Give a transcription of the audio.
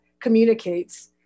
communicates